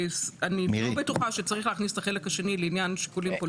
אני לא בטוחה שצריך להכניס את החלק השני לעניין שיקולים פוליטיים.